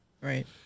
Right